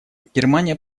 германия